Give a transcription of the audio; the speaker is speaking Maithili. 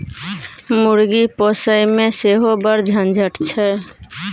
मुर्गी पोसयमे सेहो बड़ झंझट छै